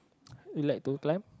you like to climb